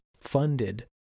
funded